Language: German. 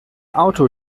auto